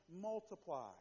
multiply